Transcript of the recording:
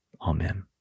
Amen